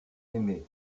aimé